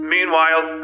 Meanwhile